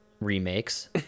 remakes